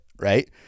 right